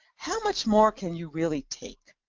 how much more can you really take?